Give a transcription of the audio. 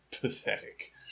pathetic